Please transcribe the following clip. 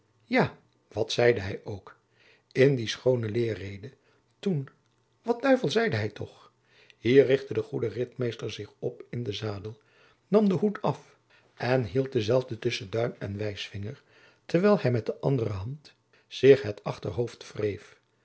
ja wat zeide hij ook in die schoone leerrede toen wat duivel zeide hij toch hier richtte de goede ritmeester zich op in den zadel nam den hoed af en hield denzelven tusschen duim en wijsvinger jacob van lennep de pleegzoon terwijl hij met de andere hand zich het achterhoofd wreef